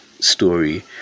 story